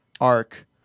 arc